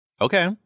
Okay